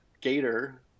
gator